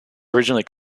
originally